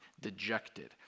dejected